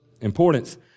importance